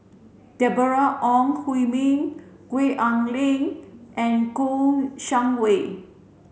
Deborah Ong Hui Min Gwee Ah Leng and Kouo Shang Wei